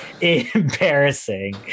embarrassing